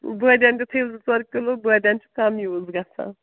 بٲدیان تہِ تھٲیُو زٕ ژور کِلوٗ بٲدیان چھِ کَم یوٗز گژھان